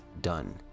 done